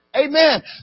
Amen